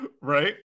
Right